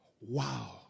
Wow